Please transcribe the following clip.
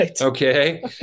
okay